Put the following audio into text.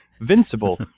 invincible